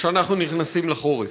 כשאנחנו נכנסים לחורף.